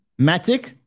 Matic